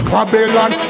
Babylon